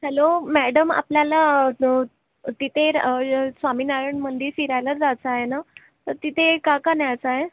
hello madam आपल्याला तिथे स्वामी नारायणमंदिर फिरायला जायचं आहे ना तर तिथे काय काय न्यायचं आहे